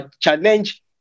challenge